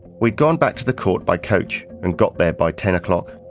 we'd gone back to the court by coach and got there by ten o'clock.